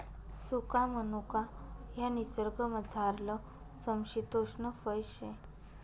सुका मनुका ह्या निसर्गमझारलं समशितोष्ण फय शे